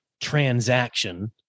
transaction